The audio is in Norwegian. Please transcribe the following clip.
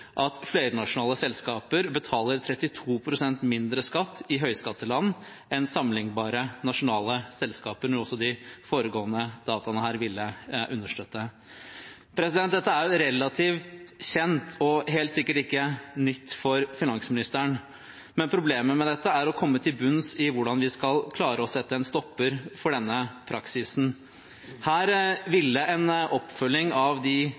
at flernasjonale selskaper betaler 32 pst. mindre i skatt i høyskatteland enn sammenlignbare nasjonale selskaper – noe også de foregående dataene her ville understøtte. Dette er relativt kjent og helt sikkert ikke nytt for finansministeren. Men problemet med dette er å komme til bunns i hvordan vi skal klare å sette en stopper for denne praksisen. Her ville en oppfølging av de